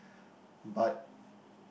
but